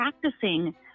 practicing